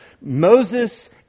Moses